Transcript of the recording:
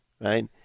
right